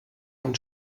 man